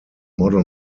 model